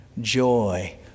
joy